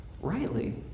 rightly